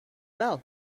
bell